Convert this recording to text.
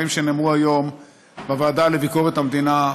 שנאמרו היום בוועדה לביקורת המדינה,